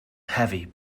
heavy